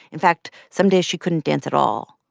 in fact, some days she couldn't dance at all,